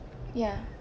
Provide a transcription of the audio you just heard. ya